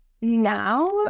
now